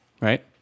Right